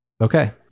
Okay